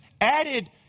added